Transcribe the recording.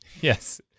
Yes